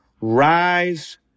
rise